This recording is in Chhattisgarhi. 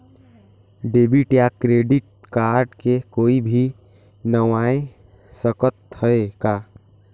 डेबिट या क्रेडिट कारड के कोई भी बनवाय सकत है का?